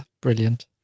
Brilliant